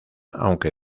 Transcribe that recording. aunque